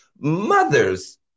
Mothers